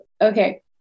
okay